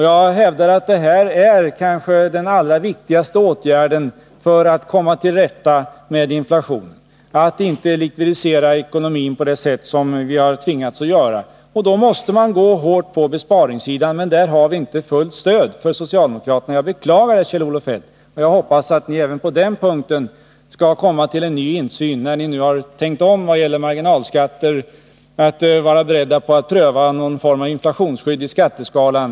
Jag hävdar att det kanske är den allra viktigaste åtgärden för att komma till rätta med inflationen att inte likvidisera ekonomin på det sätt som vi har tvingats göra, och då måste vi gå hårt på besparingssidan. Men där har vi inte fullt stöd från socialdemokraterna. Jag beklagar det, Kjell-Olof Feldt, och jag hoppas att ni även på den punkten skall komma till en ny insikt, när ni nu har tänkt om i vad gäller marginalskatter, och är beredda att pröva någon form av inflationsskydd i skatteskalan.